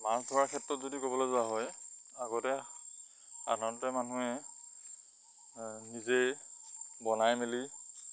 মাছ ধৰাৰ ক্ষেত্ৰত যদি ক'বলৈ যোৱা হয় আগতে সাধাৰণতে মানুহে আ নিজে বনাই মেলি